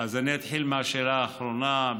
אז אני אתחיל מהשאלה האחרונה.